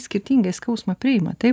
skirtingai skausmą priima taip